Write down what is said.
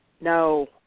No